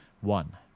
One